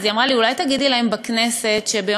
היא אמרה לי: אולי תגידי להם בכנסת שביום